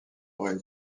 aurait